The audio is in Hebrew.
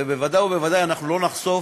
ובוודאי ובוודאי אנחנו לא נחשוף